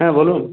হ্যাঁ বলুন